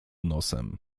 nosem